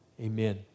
Amen